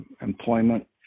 employment